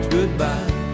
Goodbye